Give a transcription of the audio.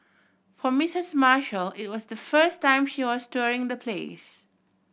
for Mistress Marshall it was the first time she was touring the place